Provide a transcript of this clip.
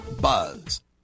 .buzz